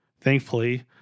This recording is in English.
Thankfully